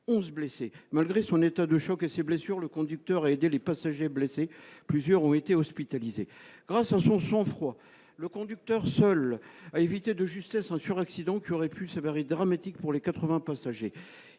11 blessés. Malgré son état de choc et ses blessures, le conducteur a aidé les passagers blessés, dont plusieurs ont été hospitalisés. Avec sang-froid, et seul, il a évité de justesse un sur-accident qui aurait pu s'avérer dramatique pour les 80 passagers.